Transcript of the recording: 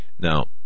Now